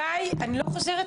הבנתי את